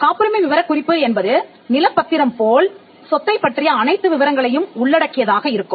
காப்புரிமை விவரக்குறிப்பு என்பது நிலப் பத்திரம் போல் சொத்தைப் பற்றிய அனைத்து விவரங்களையும் உள்ளடக்கியதாக இருக்கும்